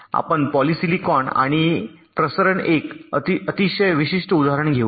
आपण पॉलिसिलिकॉन आणि प्रसरण एक अतिशय विशिष्ट उदाहरण घेऊ